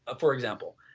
ah for example.